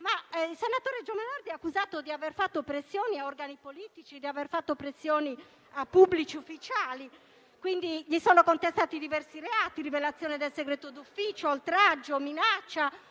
il senatore Giovanardi è accusato di aver fatto pressioni a organi politici e a pubblici ufficiali, quindi gli sono contestati diversi reati: rivelazione del segreto d'ufficio, oltraggio, minaccia: